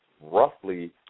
roughly